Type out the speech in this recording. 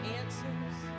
answers